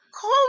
Call